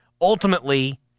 ultimately